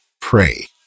pray